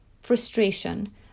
frustration